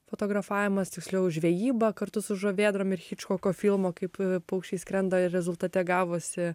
fotografavimas tiksliau žvejyba kartu su žuvėdrom ir hičkoko filmo kaip paukščiai skrenda ir rezultate gavosi